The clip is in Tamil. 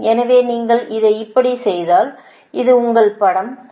எனவே நீங்கள் இதை இப்படி செய்தால் இது உங்கள் படம் 6